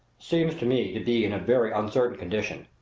seems to me to be in a very uncertain condition.